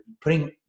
putting